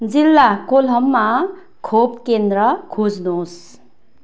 जिल्ला कोलहममा खोप केन्द्र खोज्नुहोस्